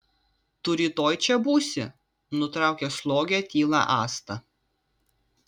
tu rytoj čia būsi nutraukė slogią tylą asta